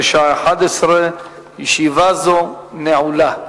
בשעה 11:00. ישיבה זו נעולה.